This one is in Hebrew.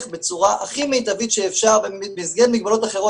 בצורה הכי מיטבית שאפשר במסגרת מגבלות אחרות